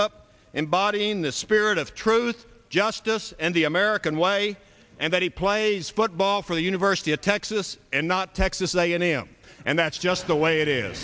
embodying the spirit of truth justice and the american way and that he plays football for the university of texas and not texas i am and that's just the way it is